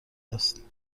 است